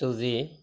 চুজি